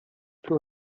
für